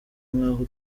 nkaho